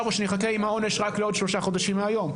או שהוא יחכה עם העונש לעוד שלושה חודשים מהיום,